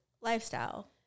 lifestyle